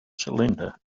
cylinder